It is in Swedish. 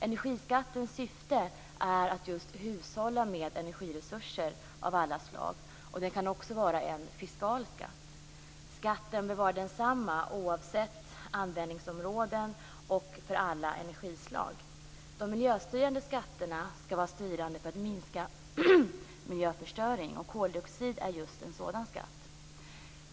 Energiskattens syfte är att just hushålla med energiresurser av alla slag. Det kan också vara en fiskal skatt. Skatten bör vara densamma för alla energislag, oavsett användningsområde. De miljöstyrande skatterna skall vara styrande för att minska miljöförstöring. Koldioxidskatten är just en sådan skatt.